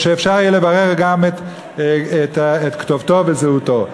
כדי שאפשר יהיה לברר גם את כתובתו ואת זהותו.